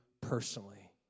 personally